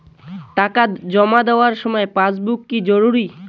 টাকা জমা দেবার সময় পাসবুক কি জরুরি?